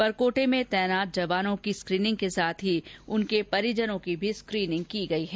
परकोटे में तैनात जवानों की स्क्रीनिंग के साथ ही उनके परिजनों की भी स्क्रीनिंग की गई है